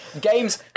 games